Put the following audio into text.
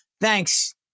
Thanks